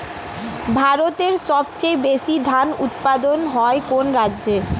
ভারতের সবচেয়ে বেশী ধান উৎপাদন হয় কোন রাজ্যে?